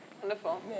Wonderful